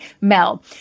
Mel